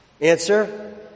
Answer